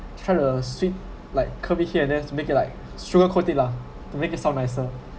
try the sweet like curve it here and there is to make it like sugar coated lah to make it sound nicer